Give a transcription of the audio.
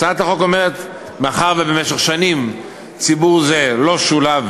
הצעת החוק אומרת שמאחר שבמשך שנים ציבור זה לא שולב